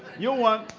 you won.